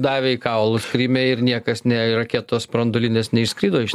davė į kaulus kryme ir niekas ne raketos branduolinės neišskrido iš